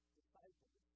disciples